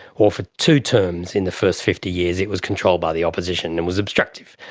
or for two terms in the first fifty years it was controlled by the opposition and was obstructive.